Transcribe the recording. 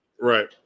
Right